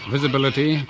Visibility